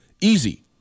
easy